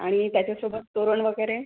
आणि त्याच्यासोबत तोरण वगैरे